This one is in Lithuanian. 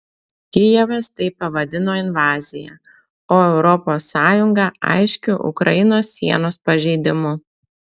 kijevas tai pavadino invazija o europos sąjunga aiškiu ukrainos sienos pažeidimu